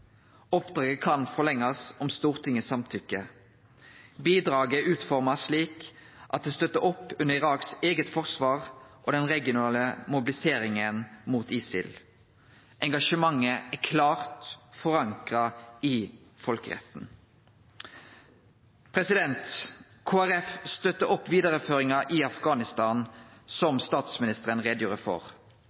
Oppdraget kan bli forlengt om Stortinget samtykker. Bidraget er utforma slik at det støttar opp under Irak sitt eige forsvar og den regionale mobiliseringa mot ISIL. Engasjementet er klart forankra i folkeretten. Kristeleg Folkeparti støttar opp om vidareføringa i Afghanistan, som statsministeren gjorde greie for.